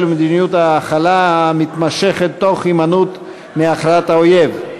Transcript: ומדיניות ההכלה המתמשכת תוך הימנעות מהכרעת האויב.